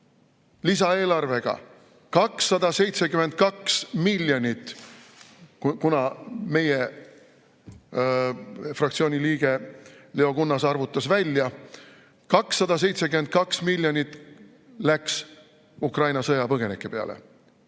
lisaeelarvega 272 miljonit, kuna meie fraktsiooni liige Leo Kunnas arvutas välja, 272 miljonit läks Ukraina sõjapõgenike peale,